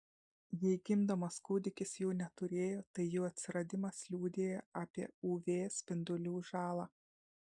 jei gimdamas kūdikis jų neturėjo tai jų atsiradimas liudija apie uv spindulių žalą